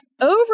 over